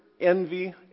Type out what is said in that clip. envy